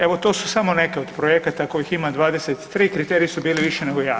Evo to su samo neke od projekata kojih ima 23, kriteriji su bili više nego jasni.